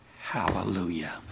hallelujah